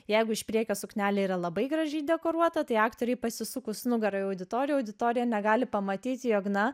jeigu iš priekio suknelė yra labai gražiai dekoruota tai aktoriui pasisukus nugara į auditoriją auditorija negali pamatyti jog na